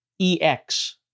EX